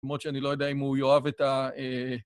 למרות שאני לא יודע אם הוא יאהב את ה...